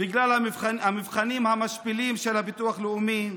בגלל המבחנים המשפילים של הביטוח הלאומי,